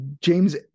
james